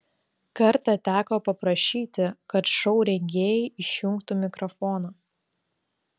kartą teko paprašyti kad šou rengėjai išjungtų mikrofoną